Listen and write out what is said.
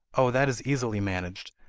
oh, that is easily managed.